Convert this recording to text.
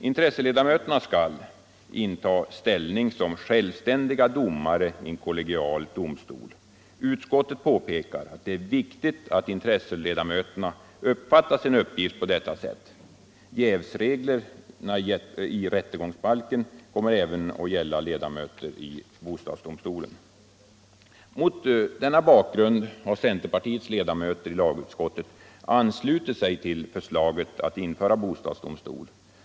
Intresseledamöterna skall inta ställning som självständiga domare i en kollegial domstol. Utskottet påpekar att det är viktigt att intresseledamöterna uppfattar sin uppgift på detta sätt. Jävsreglerna i rättegångsbalken kommer även att gälla ledamot i bostadsdomstolen. Mot denna bakgrund har centerpartiets ledamöter i lagutskottet anslutit sig till förslaget att införa bostadsdomstol.